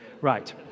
Right